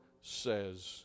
says